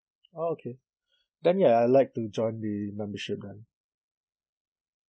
oh okay then ya I'd like to join the membership then